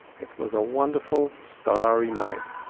it was a wonderful starry night,